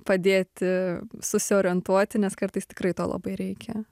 padėti susiorientuoti nes kartais tikrai to labai reikia